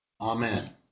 Amen